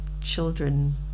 children